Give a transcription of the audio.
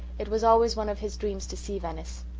it was always one of his dreams to see venice.